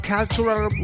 Cultural